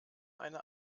eine